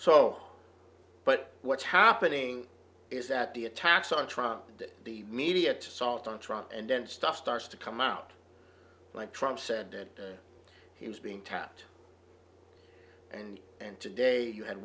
so but what's happening is that the attacks on trump and the media to assault on trump and then stuff starts to come out like trump said that he was being tapped and and today you had